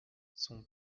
son